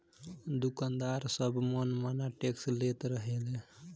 दुकानदार सब मन माना टैक्स लेत रहले